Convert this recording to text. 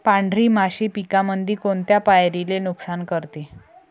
पांढरी माशी पिकामंदी कोनत्या पायरीले नुकसान करते?